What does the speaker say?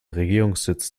regierungssitz